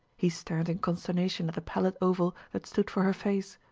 he stared in consternation at the pallid oval that stood for her face.